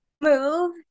move